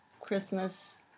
Christmas